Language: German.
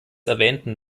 erwähnten